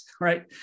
right